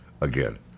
again